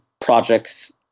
projects